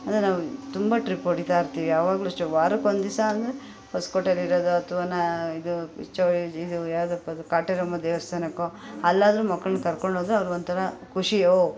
ಅಂದರೆ ನಾವು ತುಂಬ ಟ್ರಿಪ್ ಹೊಡೀತಾಯಿರ್ತೀವಿ ಯಾವಾಗಲೂ ಅಷ್ಟೇ ವಾರಕ್ಕೆ ಒಂದು ದಿವಸ ಅಂದರೆ ಹೊಸಕೋಟೆಲಿರೋದೋ ಅಥ್ವಾ ನಾ ಇದು ಚೌಡೆ ಇದು ಯಾವುದಪ್ಪಾ ಅದು ಕಾಟೇರಮ್ಮನ ದೇವಸ್ಥಾನಕ್ಕೋ ಅಲ್ಲಾದರೂ ಮಕ್ಕಳನ್ನ ಕರ್ಕೊಂಡೋದರೆ ಅವ್ರಿಗೊಂಥರ ಖುಷಿ ಓಹ್